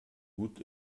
gut